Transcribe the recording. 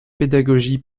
pédagogie